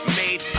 made